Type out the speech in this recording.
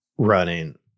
running